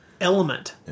element